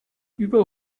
über